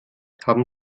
haben